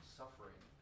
suffering